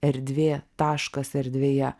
erdvė taškas erdvėje